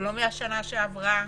לא מהשנה שעברה